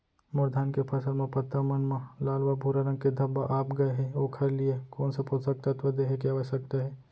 मोर धान के फसल म पत्ता मन म लाल व भूरा रंग के धब्बा आप गए हे ओखर लिए कोन स पोसक तत्व देहे के आवश्यकता हे?